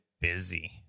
busy